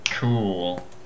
Cool